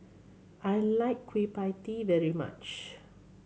I like Kueh Pie Tee very much